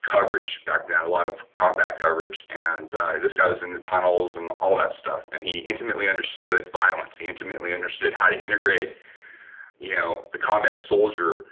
coverage, back then a lot of combat coverage and this guy was in the tunnels and all that stuff and he intimately understood violence. he intimately understood how to integrate you know the combat soldier